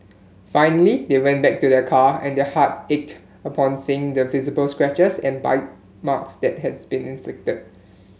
finally they went back to their car and their heart ached upon seeing the visible scratches and bite marks that has been inflicted